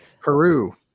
Peru